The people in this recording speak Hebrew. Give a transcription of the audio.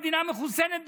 המדינה מחוסנת,